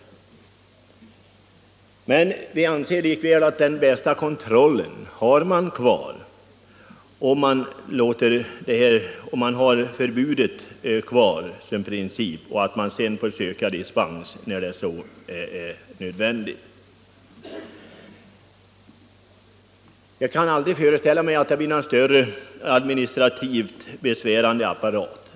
81 Vi anser likväl att bästa kontrollen erhålles med ett förbud i princip och att man sedan får söka dispens när så anses nödvändigt. Jag kan aldrig föreställa mig att det blir någon större, administrativt besvärande apparat.